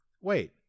wait